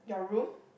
your room